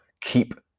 Keep